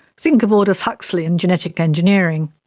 think of aldous huxley and genetic engineering.